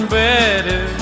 better